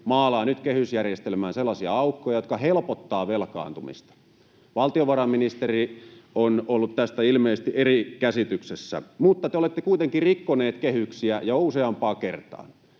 maalaa nyt kehysjärjestelmään sellaisia aukkoja, jotka helpottavat velkaantumista. Valtiovarainministeri on ollut tästä ilmeisesti eri käsityksessä, mutta te olette kuitenkin rikkoneet kehyksiä jo useampaan kertaan.